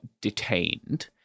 detained